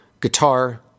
guitar